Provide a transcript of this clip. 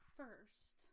first